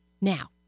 Now